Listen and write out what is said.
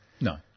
No